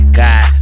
god